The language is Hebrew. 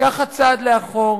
לקחת צעד לאחור,